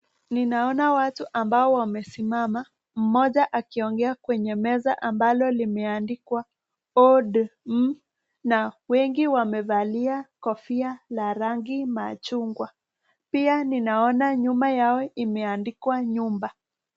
Ninaona watu wawili ambao wamesimama mmoja akiongea kwenye meza ambalo limeandikwa ODM na wengi wamevalia kofia la rangi machungwa. Pia naona nyuma yao imeandikwa nyumba.